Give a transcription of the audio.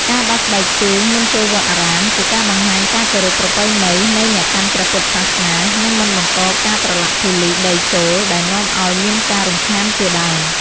ការដោះស្បែកជើងមុនចូលវត្តអារាម ជាការបង្ហាញការគោរពប្រពៃណីនៃអ្នកកាន់ព្រះពុទ្ធសាសនា និងមិនបង្កការប្រលាក់ធូលីដីចូល ដែលនាំឱ្យមានការរំខានជាដើម។